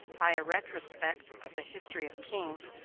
by a retrospect of the history of kings,